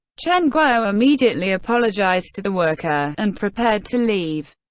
chen guo immediately apologized to the worker, and prepared to leave.